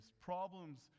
problems